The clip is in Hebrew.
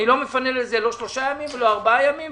לא מפנה לזה לא שלושה ולא ארבעה ימים.